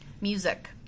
music